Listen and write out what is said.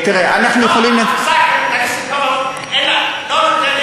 לא, התפיסה הקפיטליסטית לא נותנת הסבר.